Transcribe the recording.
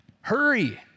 hurry